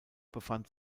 befand